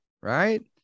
right